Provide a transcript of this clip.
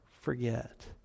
forget